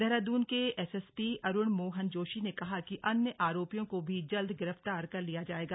देहरादून के एसएसपी अरुण मोहन जोशी ने कहा कि अन्य आरोपियों को भी जल्द गिरफ्तार कर लिया जाएगा